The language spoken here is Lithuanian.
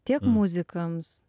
tiek muzikams